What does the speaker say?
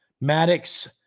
Maddox